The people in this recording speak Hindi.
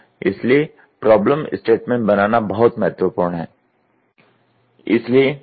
इसलिए प्रॉब्लम स्टेटमेंट बनाना बहुत महत्वपूर्ण है